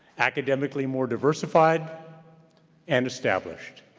academically more diversified and established,